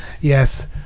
yes